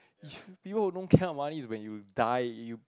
people who don't care about money is when you die you